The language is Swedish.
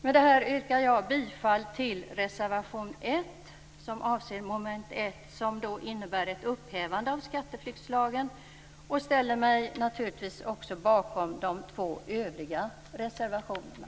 Med det här yrkar jag bifall till reservation 1 under mom. 1 som innebär ett upphävande av skatteflyktslagen. Jag ställer mig naturligtvis också bakom de två övriga reservationerna.